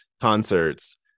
concerts